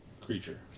creature